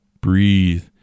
breathe